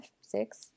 six